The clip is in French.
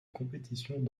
compétitions